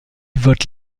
vote